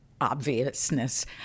obviousness